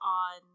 on